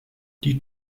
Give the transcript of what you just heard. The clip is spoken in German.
die